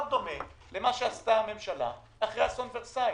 דומה למה שעשתה הממשלה אחרי אסון ורסאי.